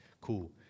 Cool